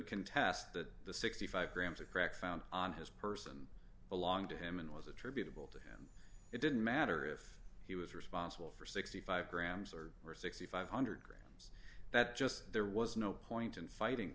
contest that the sixty five grams of crack found on his person belong to him and was attributable to him it didn't matter if he was responsible for sixty five grams or six thousand five hundred grams that just there was no point in fighting